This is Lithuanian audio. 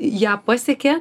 ją pasiekė